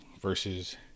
versus